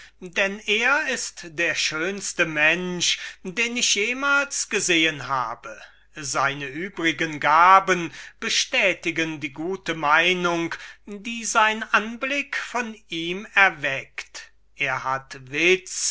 denn er ist der schönste mensch den ich jemals gesehen habe seine übrigen gaben bestätigen die gute meinung die sein anblick von ihm erweckt er hat